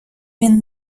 він